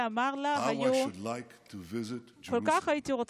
השורשים הכי עמוקים וגם את הקשרים הכי עמוקים.